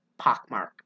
pockmark